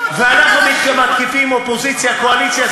אופוזיציה קואליציה,